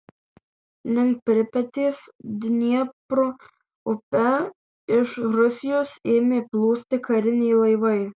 link pripetės dniepro upe iš rusijos ėmė plūsti kariniai laivai